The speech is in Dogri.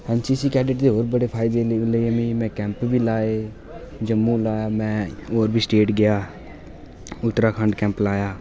एनसीसी कैडेट्स दे होर बी बड़े फायदे में कैंप बी लाऽ जम्मू लाया में होर बी स्टेट गेआ उत्तराखंड कैंप लाया